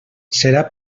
serà